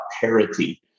parity